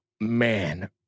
man